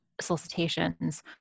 solicitations